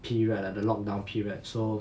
period ah the lock down period so